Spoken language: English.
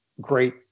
great